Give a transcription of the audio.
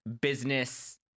business